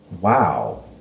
Wow